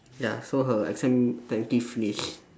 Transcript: ya so her exam technically finished